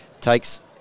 takes